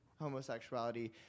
homosexuality